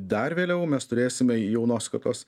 dar vėliau mes turėsime jaunos kartos